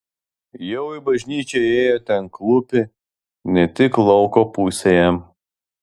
jau į bažnyčią įėję ten klūpi ne tik lauko pusėje